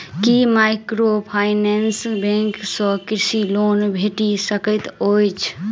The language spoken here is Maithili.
की माइक्रोफाइनेंस बैंक सँ कृषि लोन भेटि सकैत अछि?